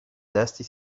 dusty